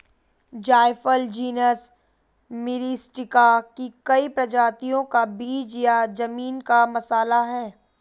जायफल genus Myristica की कई प्रजातियों का बीज या जमीन का मसाला है